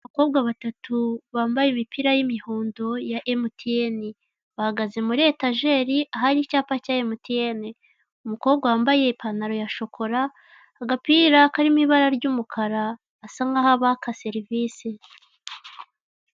Abakobwa batatu bambaye imipira y'imihondo ya MTN bahagaze muri etajeri ahari icyapa cya MTN , Umukobwa wambaye ipantaro ya shokora agapira karimo ibara ry'umukara asa nkaho abaka serivise.